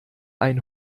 ein